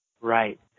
Right